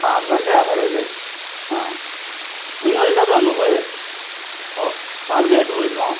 ആ നല്ല ആഹാരമാണ് അല്ലെ ആ നിങ്ങളെല്ലാരും ആണോ പോയത് ഓ ഫാമിലി ആയിട്ട് പോയിരുന്നോ